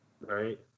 Right